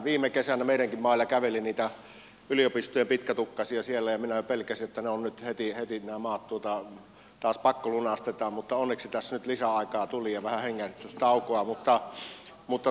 viime kesänä meidänkin mailla käveli niitä yliopistojen pitkätukkaisia ja minä pelkäsin että heti nämä maat pakkolunastetaan mutta onneksi tässä nyt lisäaikaa tuli ja vähän hengähdystaukoa